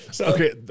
Okay